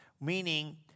meaning